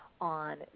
on